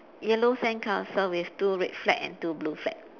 yellow sand castle with two red flag and two blue flag